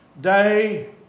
Day